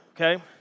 okay